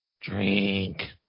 drink